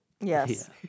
Yes